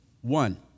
One